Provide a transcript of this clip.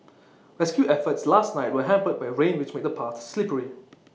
rescue efforts last night were hampered by rain which made the paths slippery